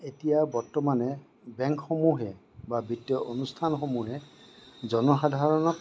এতিয়া বৰ্তমানে বেংকসমূহে বা বিত্তীয় অনুষ্ঠানসমূহে জনসাধাৰণক